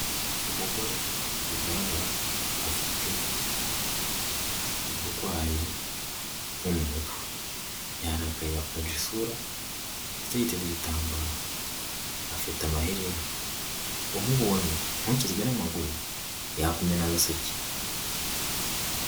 Umugore bigaragara ko afite, uburwayi bwo mumutwe. Yarakaye yakunje isura ndetse yiteze igitambaro afite amaherene umubonye ntukizwe n'amaguru yakumena ruseke.